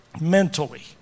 mentally